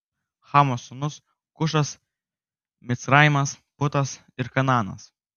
chamo sūnūs kušas micraimas putas ir kanaanas